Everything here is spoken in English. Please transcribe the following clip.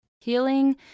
Healing